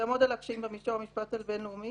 יעמוד על הקשיים במישור המשפט הבינלאומי